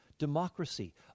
Democracy